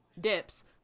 Dips